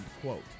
quote